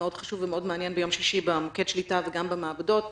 והמעניין מאוד ביום שישי במוקד השליטה וגם במעבדות,